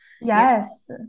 Yes